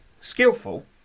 skillful